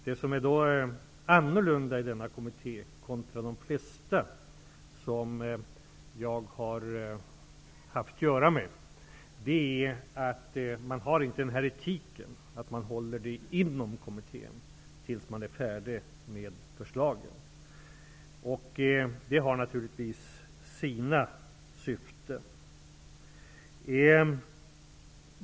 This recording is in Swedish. Det som är annorlunda med Arbetsrättskommittén, kontra de flesta andra kommittéer som jag har haft att göra med, är att man har en etik som innebär att man inte undanhåller information om arbetet inom kommittén tills man är färdig med sina förslag. Detta har naturligtvis sina syften.